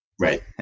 Right